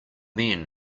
men